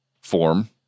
form